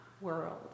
world